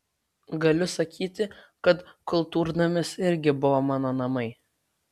galiu sakyti kad kultūrnamis irgi buvo mano namai